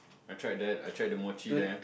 I tried that I tried the mochi there